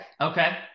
Okay